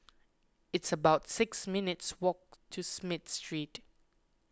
it's about six minutes' walk to Smith Street